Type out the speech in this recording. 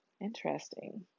Interesting